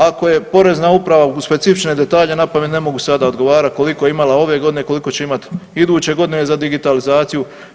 Ako je porezna uprava, u specifične detalje napamet ne mogu sada odgovarat koliko je imala ove godine, koliko će imat iduće godine za digitalizaciju.